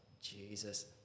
Jesus